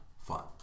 fun